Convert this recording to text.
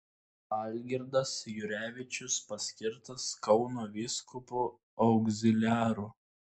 algirdas jurevičius paskirtas kauno vyskupu augziliaru